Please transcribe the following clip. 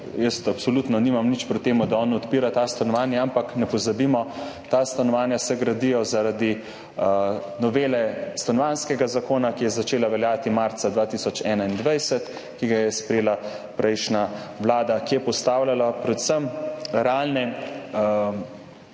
Absolutno nimam nič proti temu, da on odpira ta stanovanja, ampak ne pozabimo, ta stanovanja se gradijo zaradi novele Stanovanjskega zakona, ki je začela veljati marca 2021, ki jo je sprejela prejšnja vlada, ki je postavljala predvsem realne